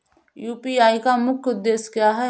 UPI का मुख्य उद्देश्य क्या है?